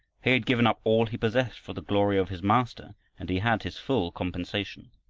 he had given up all he possessed for the glory of his master and he had his full compensation.